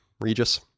Regis